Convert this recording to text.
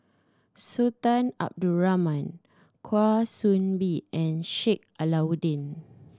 Sultan Abdul Rahman Kwa Soon Bee and Sheik Alau'ddin